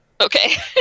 Okay